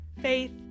Faith